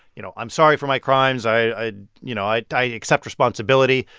you know, i'm sorry for my crimes. i you know, i i accept responsibility.